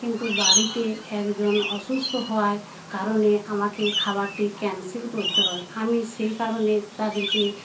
কিন্তু বাড়িতে একজন অসুস্থ হওয়ায় কারণে আমাকে খাবারটি ক্যান্সেল করতে হয় আমি সেই কারণে তাদেরকে